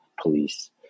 police